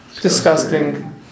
disgusting